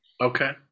Okay